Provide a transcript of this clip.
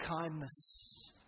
kindness